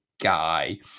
guy